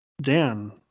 Dan